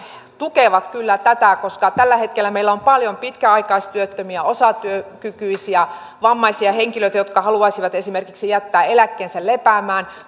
tukevat kyllä tätä koska tällä hetkellä meillä on paljon pitkäaikaistyöttömiä osatyökykyisiä vammaisia henkilöitä jotka haluaisivat esimerkiksi jättää eläkkeensä lepäämään